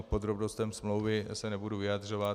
K podrobnostem smlouvy se nebudu vyjadřovat.